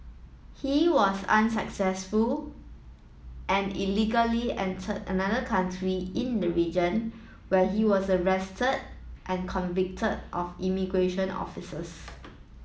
he was unsuccessful and illegally entered another country in the region where he was arrested and convict of immigration officers